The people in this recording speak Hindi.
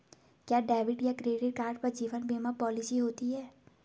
क्या डेबिट या क्रेडिट कार्ड पर जीवन बीमा पॉलिसी होती है?